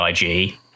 IG